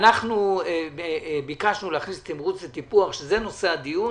שבו ביקשנו להכניס תמרוץ וטיפוח זה נושא הדיון